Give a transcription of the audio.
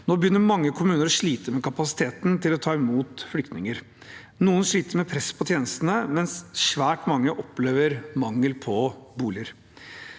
Nå begynner mange kommuner å slite med kapasiteten til å ta imot flyktninger. Noen sliter med press på tjenestene, mens svært mange opplever mangel på boliger.